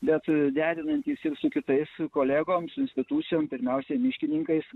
bet derinantis su kitais kolegom institucijom pirmiausia miškininkais